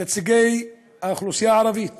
נציגי האוכלוסייה הערבית